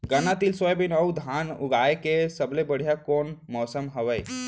गन्ना, तिल, सोयाबीन अऊ धान उगाए के सबले बढ़िया कोन मौसम हवये?